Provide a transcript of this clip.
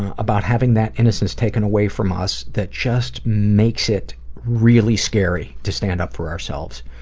about having that innocence taken away from us that just makes it really scary to stand up for ourselves,